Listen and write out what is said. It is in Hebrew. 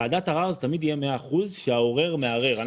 ועדת ערר זה תמיד יהיה מאה אחוז שהעורר מערער.